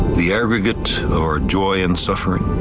the aggregate our joy and suffering,